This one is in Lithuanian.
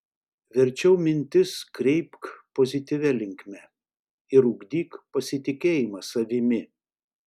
verčiau mintis kreipk pozityvia linkme ir ugdyk pasitikėjimą savimi